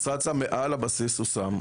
המשרד שם מעל הבסיס הוא שם.